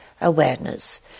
awareness